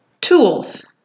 tools